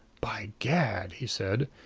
by gad! he said.